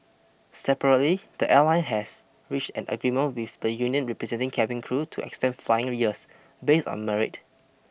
separately the airline has reached an agreement with the union representing cabin crew to extend flying years based on merit